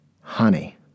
honey